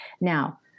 Now